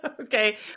okay